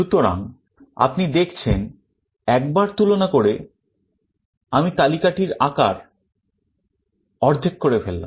সুতরাং আপনি দেখছেন একবার তুলনা করে আমি তালিকাটির আকার অর্ধেক করে ফেললাম